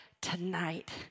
tonight